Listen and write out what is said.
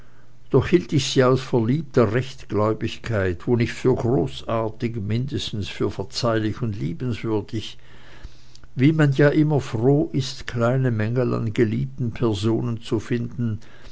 doch hielt ich sie aus verliebter rechtgläubigkeit wo nicht für großartig mindestens für verzeihlich und liebenswürdig wie man ja immer froh ist kleine mängel an geliebten personen zu finden